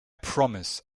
promise